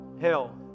hell